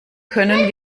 können